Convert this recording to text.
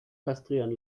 kastrieren